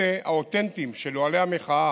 אלה, האותנטיים, של אוהלי המחאה,